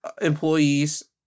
employees